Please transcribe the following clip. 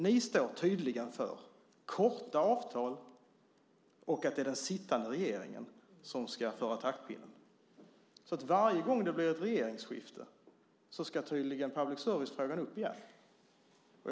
Ni står tydligen för korta avtal och för att det är den sittande regeringen som ska hålla i taktpinnen, så varje gång det blir regeringsskifte ska tydligen public service-frågan upp igen.